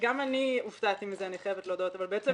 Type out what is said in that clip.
גם אני הופתעתי מזה, אני חייבת להודות אבל רק